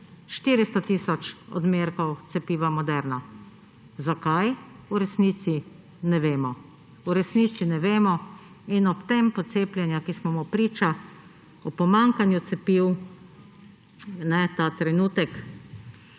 400 tisoč odmerkov cepiva Moderna. Zakaj, v resnici ne vemo. V resnici ne vemo. Ob tempu cepljenja, ki smo mu priča, ob pomanjkanju cepiv ta trenutek